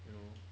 you know